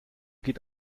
geht